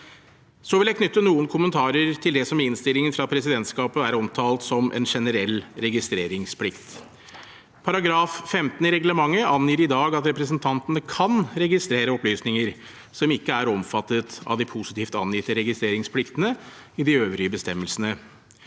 Så vil jeg knytte noen kommentarer til det som i innstillingen fra presidentskapet er omtalt som en «generell registreringsplikt». Paragraf 15 i reglementet angir i dag at representantene «kan» registrere opplysninger som ikke er omfattet av de positivt angitte registreringspliktene i de øvrige bestemmelsene.